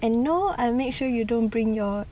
and no I'll make sure you don't bring your